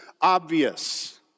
Obvious